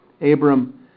Abram